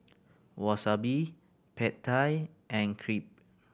Wasabi Pad Thai and Crepe